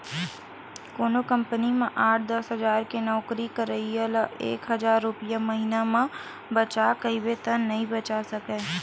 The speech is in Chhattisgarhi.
कोनो कंपनी म आठ, दस हजार के नउकरी करइया ल एक हजार रूपिया महिना म बचा कहिबे त नइ बचा सकय